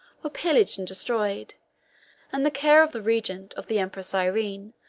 were pillaged and destroyed and the care of the regent, of the empress irene,